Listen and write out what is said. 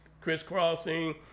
crisscrossing